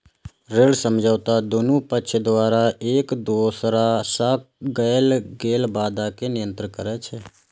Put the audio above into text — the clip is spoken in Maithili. ऋण समझौता दुनू पक्ष द्वारा एक दोसरा सं कैल गेल वादा कें नियंत्रित करै छै